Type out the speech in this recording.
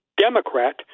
Democrat